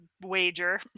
wager